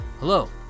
Hello